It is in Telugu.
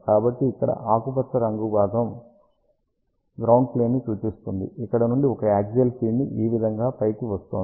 కాబట్టి ఇక్కడ ఆకుపచ్చ భాగం గ్రౌండ్ ప్లేన్ ని సూచిస్తుంది ఇక్కడ నుండి ఒక యాగ్జియల్ ఫీడ్ ఈ విధముగా పైకి వస్తోంది